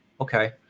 okay